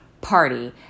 party